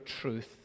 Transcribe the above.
truth